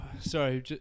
sorry